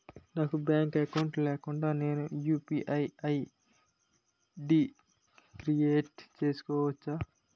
నాకు bank account లేకుండా నేను యు.పి.ఐ ఐ.డి క్రియేట్ చేసుకోవచ్చా?